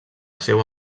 seua